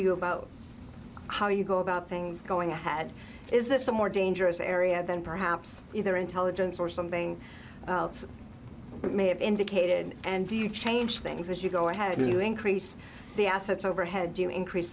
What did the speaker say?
you about how you go about things going ahead is this a more dangerous area than perhaps either intelligence or something may have indicated and changed things as you go ahead you increase the assets overhead do increase